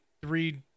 three